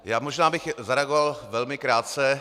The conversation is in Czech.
Já možná bych zareagoval velmi krátce.